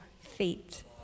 feet